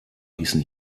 ließen